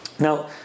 Now